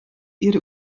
ihre